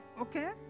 Okay